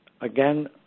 Again